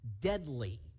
Deadly